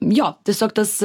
jo tiesiog tas